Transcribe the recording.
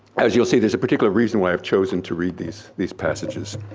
as you'll see there's a particular reason why i've chosen to read these these passages.